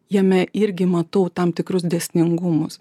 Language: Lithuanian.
jame irgi matau tam tikrus dėsningumus